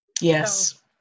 yes